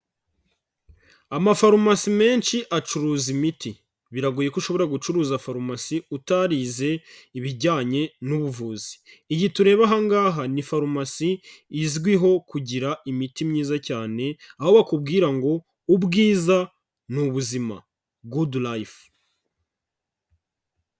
Amafarumasi menshi acuruza imiti, biragoye ko ushobora gucuruza farumasi utarize ibijyanye n'ubuvuzi, iyi tureba aha ngaha ni farumasi izwiho kugira imiti myiza cyane aho bakubwira ngo ubwiza ni ubuzima, good life.